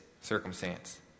circumstance